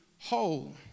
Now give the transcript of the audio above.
whole